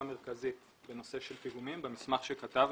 מרכזית בנושא של פיגומים במסמך שכתבנו.